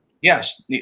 Yes